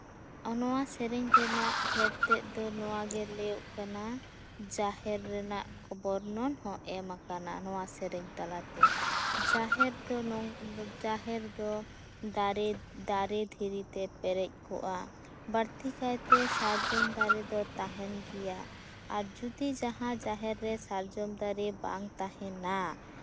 ᱱᱚᱶᱟ ᱥᱮᱨᱮᱧ ᱨᱮᱱᱟᱜ ᱵᱷᱮᱫ ᱛᱮᱫ ᱫᱚ ᱱᱚᱶᱟᱜᱮ ᱞᱟᱹᱭᱚᱜ ᱠᱟᱱᱟ ᱡᱟᱦᱮᱨ ᱨᱮᱱᱟᱜ ᱵᱚᱨᱱᱚᱱ ᱦᱚᱸ ᱮᱢ ᱟᱠᱟᱱᱟ ᱱᱚᱶᱟ ᱥᱮᱨᱮᱧ ᱛᱟᱞᱟᱛᱮ ᱡᱟᱦᱮᱨ ᱫᱚ ᱫᱟᱨᱮ ᱫᱷᱤᱨᱤᱛᱮ ᱯᱮᱨᱮᱡ ᱠᱚᱜᱼᱟ ᱵᱟᱹᱲᱛᱤ ᱠᱟᱭᱛᱮ ᱥᱟᱨᱡᱚᱢ ᱫᱟᱨᱮ ᱫᱚ ᱛᱟᱦᱮᱱ ᱜᱮᱭᱟ ᱟᱨ ᱡᱚᱫᱤ ᱡᱟᱦᱟᱸ ᱡᱟᱦᱮᱨ ᱨᱮ ᱥᱟᱨᱡᱚᱢ ᱫᱟᱨᱮ ᱵᱟᱝ ᱛᱟᱦᱮᱱᱟ